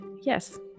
Yes